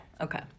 okay